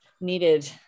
needed